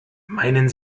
meinen